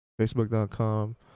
facebook.com